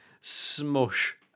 smush